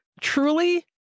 truly